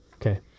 Okay